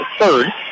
third